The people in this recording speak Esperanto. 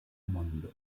mondo